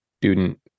student